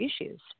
issues